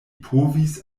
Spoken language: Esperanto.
povis